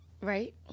Right